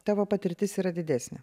tavo patirtis yra didesnė